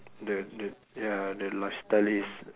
the the ya the lifestyle is